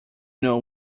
know